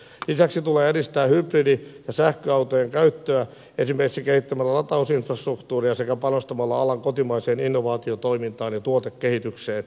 lisäksi tulee edistää hybridi ja sähköautojen käyttöä esimerkiksi kehittämällä latausinfrastruktuuria sekä panostamalla alan kotimaiseen innovaatiotoimintaan ja tuotekehitykseen